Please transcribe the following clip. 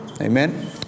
Amen